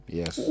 Yes